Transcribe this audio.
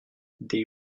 des